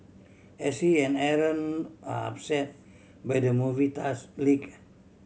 as he and Aaron upset by the movie task leak